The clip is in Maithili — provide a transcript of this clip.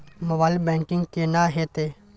मोबाइल बैंकिंग केना हेते?